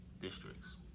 districts